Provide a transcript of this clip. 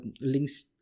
links